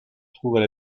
trouvent